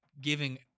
giving